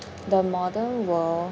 the modern world